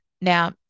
now